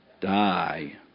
die